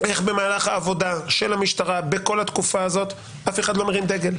במהלך העבודה של המשטרה בכל התקופה הזאת אף אחד לא מרים דגל?